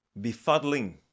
befuddling